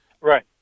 right